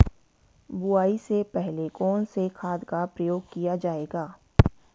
बुआई से पहले कौन से खाद का प्रयोग किया जायेगा?